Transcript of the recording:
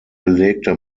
belegte